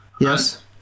Yes